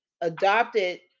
adopted